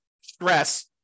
stress